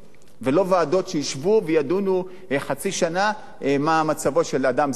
ולא ועדות שישבו וידונו חצי שנה מה מצבו של אדם זה או אחר.